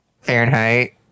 fahrenheit